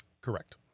Correct